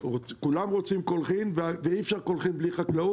כולם רוצים קולחין ואי אפשר קולחין בלי חקלאות,